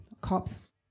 cops